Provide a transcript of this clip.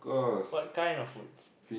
what kind of foods